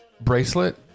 bracelet